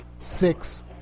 six